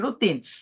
routines